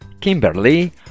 Kimberly